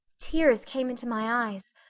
tears came into my eyes,